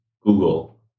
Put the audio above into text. Google